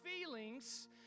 feelings